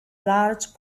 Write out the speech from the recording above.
large